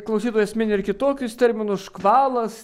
klausytojas mini ir kitokius terminus škvalas